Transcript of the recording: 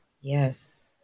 yes